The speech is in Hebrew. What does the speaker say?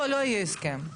לא, לא יהיה הסכם.